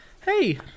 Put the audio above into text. Hey